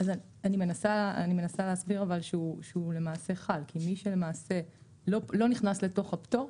אני מנסה להסביר שהוא למעשה חל כי מי שלמעשה לא נכנס לתוך הפטור,